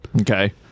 Okay